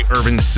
Urban